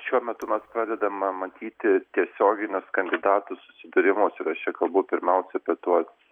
šiuo metu mes pradedam matyti tiesioginius kandidatų susitarimus ir aš čia kalbu pirmiausia apie tuos